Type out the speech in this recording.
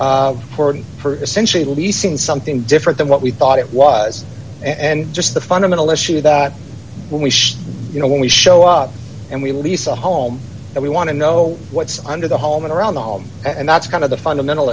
leasing something different than what we thought it was and just the fundamental issue that we should you know when we show up and we lease a home and we want to know what's under the home and around the home and that's kind of the fundamental